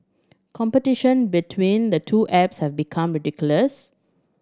competition between the two apps have become ridiculous